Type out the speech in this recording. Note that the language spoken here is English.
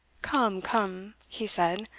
come, come, he said,